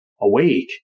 awake